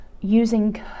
using